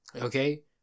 okay